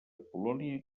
polònia